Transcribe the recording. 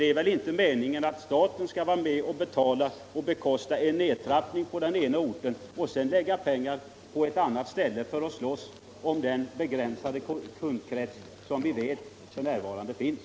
Det är väl inte meningen att staten först av syvsselsättningsskäl skall tvingas till en nertrappning på den ena orten och samtidigt lägga pengar på ett annat ställe för att man där också skall tävla om den begränsade kundkrets som vi vet f.n. finns.